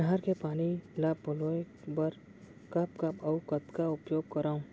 नहर के पानी ल पलोय बर कब कब अऊ कतका उपयोग करंव?